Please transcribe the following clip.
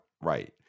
right